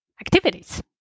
activities